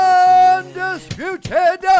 undisputed